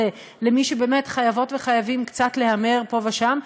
למי שבאמת חייבות וחייבים קצת להמר פה ושם,